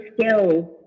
skills